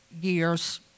years